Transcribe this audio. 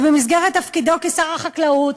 במסגרת תפקידו כשר החקלאות,